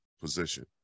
position